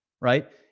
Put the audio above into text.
right